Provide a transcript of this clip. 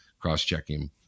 cross-checking